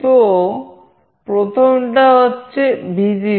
তো প্রথমটা হচ্ছে Vcc